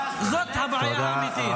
זאת הבעיה האמיתית.